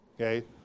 Okay